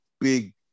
big